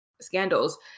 scandals